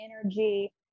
energy